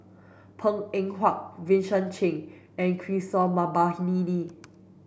Png Eng Huat Vincent Cheng and Kishore Mahbubani